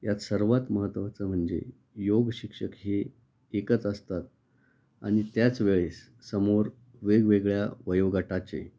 यात सर्वात महत्त्वाचं म्हणजे योग शिक्षक हे एकच असतात आणि त्याच वेळेस समोर वेगवेगळ्या वयोगटाचे